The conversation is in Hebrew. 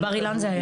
בבר אילן זה היה.